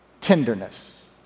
tenderness